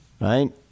Right